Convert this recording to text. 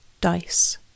Dice